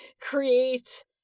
create